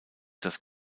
das